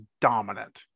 dominant